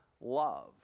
love